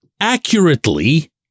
accurately